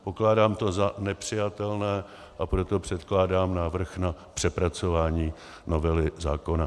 Pokládám to za nepřijatelné, a proto předkládám návrh na přepracování novely zákona.